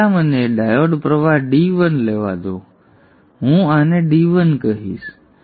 તેથી પહેલા મને ડાયોડ પ્રવાહ D1 લેવા દો હું આને D1 કહીશ